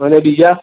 અને બીજા